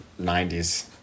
90s